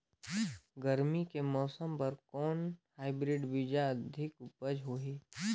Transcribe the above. गरमी के मौसम बर कौन हाईब्रिड बीजा अधिक उपज होही?